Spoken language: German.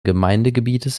gemeindegebietes